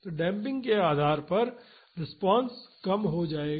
तो डेम्पिंग के आधार पर रिस्पांस कम हो जायेगा